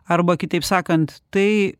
arba kitaip sakant tai